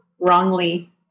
wrongly